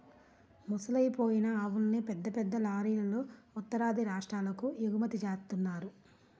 ముసలయ్యి అయిపోయిన ఆవుల్ని పెద్ద పెద్ద లారీలల్లో ఉత్తరాది రాష్ట్రాలకు ఎగుమతి జేత్తన్నారు